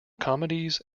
comedies